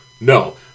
No